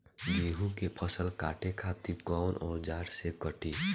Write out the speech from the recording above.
गेहूं के फसल काटे खातिर कोवन औजार से कटी?